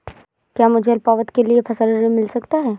क्या मुझे अल्पावधि के लिए फसल ऋण मिल सकता है?